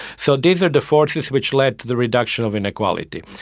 so these are the forces which led to the reduction of inequality.